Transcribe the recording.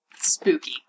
spooky